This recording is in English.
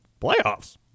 playoffs